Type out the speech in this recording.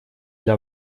для